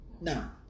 Now